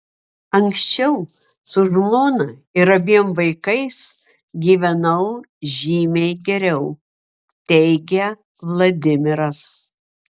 anksčiau su žmona ir abiem vaikais gyvenau žymiai geriau teigia vladimiras